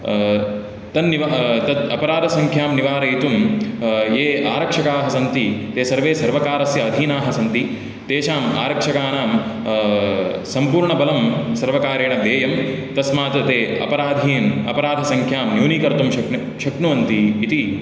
तन्निव तद् अपराधसंख्यां निवारयितुं ये आरक्षकाः सन्ति ते सर्वे सर्वकारस्य अधीनाः सन्ति तेषाम् आरक्षकाणां सम्पूर्णबलं सर्वकारेण देयं तस्मात् ते अपराधीन् अपराधसंख्यां न्यूनीकर्तुं शक्नु शक्नुवन्ति इति